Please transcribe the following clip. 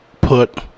put